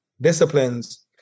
disciplines